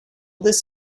this